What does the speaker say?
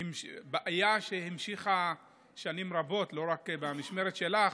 בעיה שנמשכת שנים רבות, לא רק במשמרת שלך,